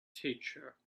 teacher